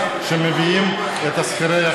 אני רוצה להבין,